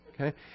Okay